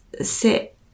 sit